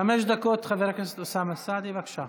חמש דקות, חבר הכנסת אוסאמה סעדי, בבקשה.